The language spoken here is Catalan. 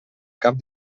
cap